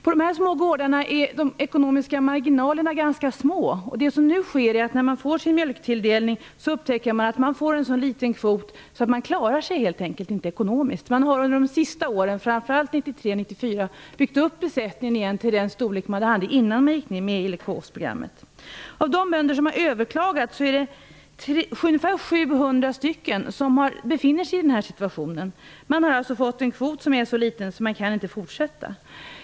På dessa små gårdar är de ekonomiska marginalerna ganska små. När man nu får sin mjölkkvot upptäcker man att den är så liten att man inte klarar sig ekonomiskt. Under de senaste åren, framför allt under 1993 och 1994, har de byggt upp besättningen igen till den storlek den hade innan de gick med i leukosprogrammet. Av de bönder som har överklagat är det ungefär 700 som befinner sig i den här situationen. De har fått en kvot som är så liten att de inte kan fortsätta.